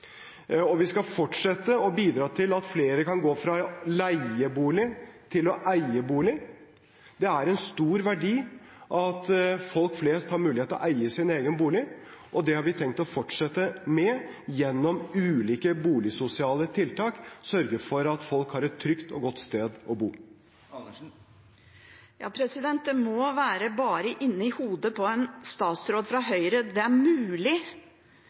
Vi skal fortsette å bidra til at flere kan gå fra å leie bolig til å eie bolig. Det er en stor verdi at folk flest har mulighet til å eie sin egen bolig, og vi har gjennom ulike boligsosiale tiltak tenkt å fortsette med å sørge for at folk har et trygt og godt sted å bo. Det kan bare være inni hodet på en statsråd fra Høyre det er mulig